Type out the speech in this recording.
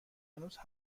هنوزم